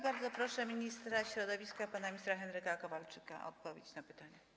Bardzo proszę ministra środowiska pana Henryka Kowalczyka o odpowiedź na pytania.